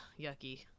yucky